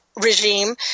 regime